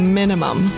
minimum